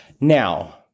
Now